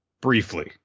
briefly